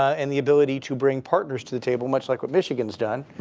and the ability to bring partners to the table, much like what michigan's done,